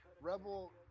Rebel